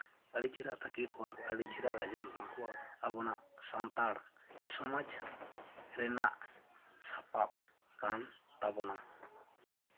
ᱟᱹᱰᱤ ᱪᱮᱦᱨᱟ ᱛᱟᱠᱮᱨᱚᱜᱼᱟ ᱟᱹᱰᱤ ᱪᱮᱦᱨᱟ ᱟᱸᱡᱚᱢᱚᱜᱼᱟ ᱟᱵᱚᱱᱟᱜ ᱥᱟᱱᱛᱟᱲ ᱥᱚᱢᱟᱡᱽ ᱨᱮᱱᱟᱜ ᱥᱟᱯᱟᱯ ᱠᱟᱱ ᱛᱟᱵᱚᱱᱟ